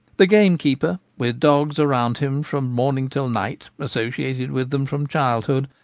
the gamekeeper, with dogs around him from morning till night, associated with them from child hood,